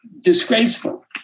disgraceful